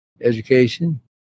education